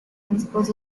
principles